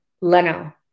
Leno